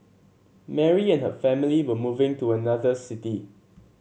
Mary and her family were moving to another city